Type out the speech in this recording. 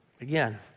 Again